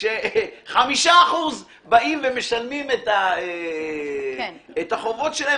ש-5% באים ומשלמים את החובות שלהם,